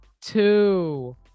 two